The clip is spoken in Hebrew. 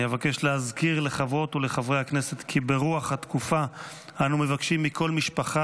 אבקש להזכיר לחברות וחברי הכנסת כי ברוח התקופה אנו מבקשים מכל משפחה